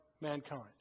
mankind